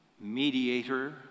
mediator